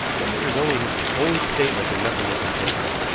then there is only his own statement that nothing has been taken.